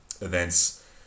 events